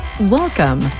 Welcome